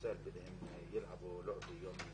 כדי לא לאבד את זמנכם וכדי שנוכל להמשיך בדיון הזה,